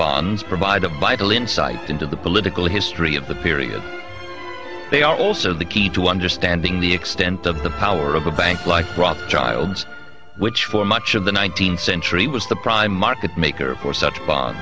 bonds provided by the insight into the political history of the period they are also the key to understanding the extent of the power of a bank like rothschilds which for much of the nineteenth century was the prime market maker for such bo